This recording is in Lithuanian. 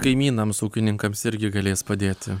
kaimynams ūkininkams irgi galės padėti